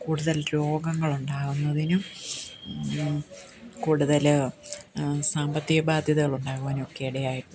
കൂടുതൽ രോഗങ്ങൾ ഉണ്ടാവുന്നതിനും കൂടുതല് സാമ്പത്തിക ബാധ്യതകളുണ്ടാകുവാനുമൊക്കെ ഇടയായിട്ടുണ്ട്